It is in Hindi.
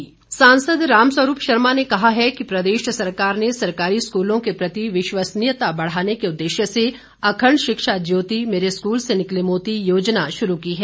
रामस्वरूप सांसद रामस्वरूप शर्मा ने कहा है कि प्रदेश सरकार ने सरकारी स्कूलों के प्रति विश्वसनीयता बढ़ाने के उद्देश्य से अखण्ड शिक्षा ज्योति मेरे स्कूल से निकले मोती योजना शुरू की है